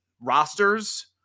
rosters